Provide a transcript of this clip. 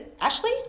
ashley